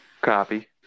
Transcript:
Copy